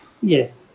Yes